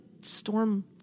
storm